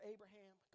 Abraham